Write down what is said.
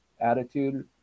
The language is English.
attitude